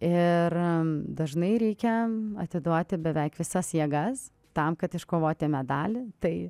ir dažnai reikia atiduoti beveik visas jėgas tam kad iškovoti medalį tai